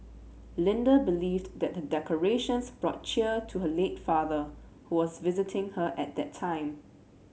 Linda believed that her decorations brought cheer to her late father who was visiting her at the time